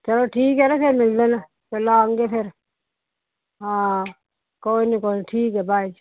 ਚਲ ਠੀਕ ਹੈ ਨਾ ਫਿਰ ਮਿਲ ਲੈਣਾ ਜਦੋਂ ਆਓਗੇ ਫਿਰ ਹਾਂ ਕੋਈ ਨਹੀਂ ਕੋਈ ਠੀਕ ਹੈ ਬਾਏ ਜੀ